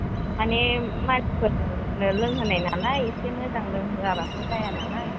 माने मानसिफोरनो लोंहोनाय नालाय एसे मोजां लोंहोआबाथ' जाया नालाय